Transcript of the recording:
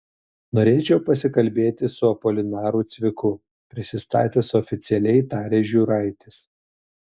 norėčiau pasikalbėti su apolinaru cviku prisistatęs oficialiai tarė žiūraitis